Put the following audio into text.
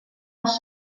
els